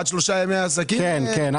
אוקיי.